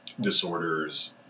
disorders